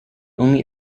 only